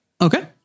Okay